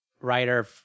writer